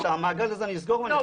את המעגל הזה אני אסגור ו --- לא,